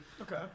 okay